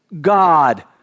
God